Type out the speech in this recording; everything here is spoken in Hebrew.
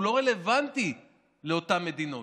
הוא לא רלוונטי לאותן מדינות.